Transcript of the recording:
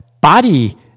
body